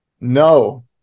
No